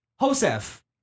Josef